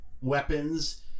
weapons